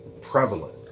prevalent